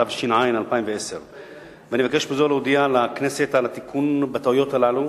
התש"ע 2010. אני מבקש בזה להודיע לכנסת על התיקון של הטעויות הללו,